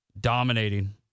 dominating